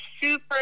super